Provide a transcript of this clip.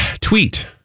tweet